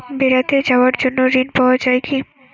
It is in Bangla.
বেড়াতে যাওয়ার জন্য ঋণ পাওয়া যায় কি?